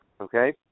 Okay